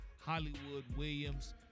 Hollywood-Williams